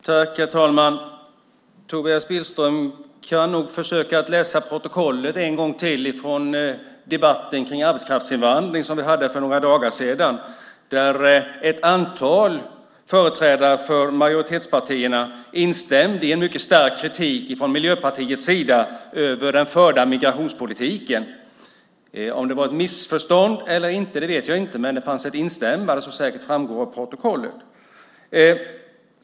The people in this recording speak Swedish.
Herr talman! Tobias Billström kan nog försöka läsa protokollet en gång till från debatten om arbetskraftsinvandring, som vi hade för några dagar sedan. Ett antal företrädare för majoritetspartierna instämde där i en mycket stark kritik från Miljöpartiets sida av den förda migrationspolitiken. Jag vet inte om det var ett missförstånd eller inte, men det fanns ett instämmande där som säkert framgår av protokollet.